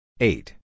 Eight